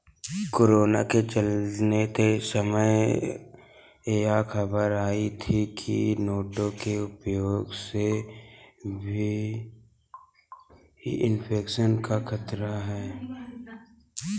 corona के चलते यह खबर भी आई थी की नोटों के उपयोग से भी इन्फेक्शन का खतरा है सकता है